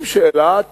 עם שאלת